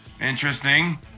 interesting